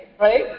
right